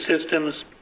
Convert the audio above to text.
systems